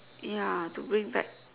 ya to bring back